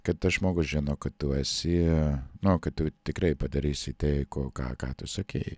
kad tas žmogus žino kad tu esi nu kad tu tikrai padarysi tai ko ką ką tu sakei